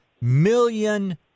million